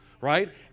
right